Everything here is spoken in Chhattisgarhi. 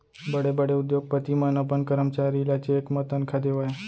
बड़े बड़े उद्योगपति मन अपन करमचारी ल चेक म तनखा देवय